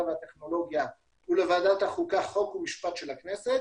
והטכנולוגיה ולוועדת החוקה חוק ומשפט של הכנסת